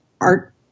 art